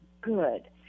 good